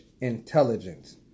intelligence